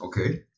Okay